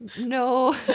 No